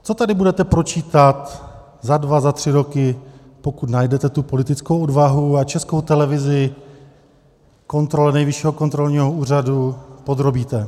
Co tedy budete pročítat za dva za tři roky, pokud najdete tu politickou odvahu a Českou televizi kontrole Nejvyššího kontrolního úřadu podrobíte?